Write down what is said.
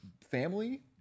family